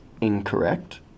incorrect